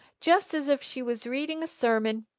just as if she was reading a sermon.